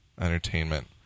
entertainment